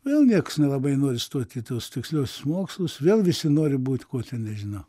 vėl nieks nelabai nori stot į tuos tiksliuosius mokslus vėl visi nori būti kuo ten nežinau